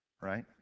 right